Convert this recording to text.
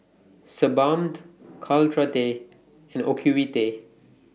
Sebamed Caltrate and Ocuvite